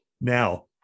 Now